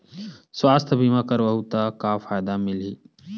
सुवास्थ बीमा करवाहू त का फ़ायदा मिलही?